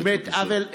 זה באמת עוול,